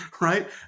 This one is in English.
right